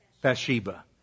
Bathsheba